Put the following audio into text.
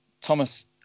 Thomas